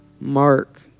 mark